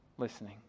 listening